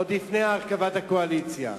עוד לפני הרכבת הקואליציה.